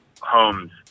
homes